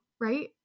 Right